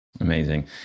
Amazing